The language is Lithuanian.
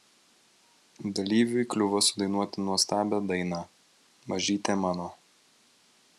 dalyviui kliuvo sudainuoti nuostabią dainą mažyte mano